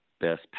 best